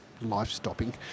life-stopping